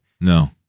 No